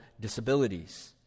disabilities